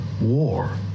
war